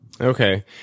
Okay